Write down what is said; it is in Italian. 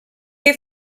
che